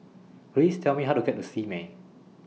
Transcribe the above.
Please Tell Me How to get to Simei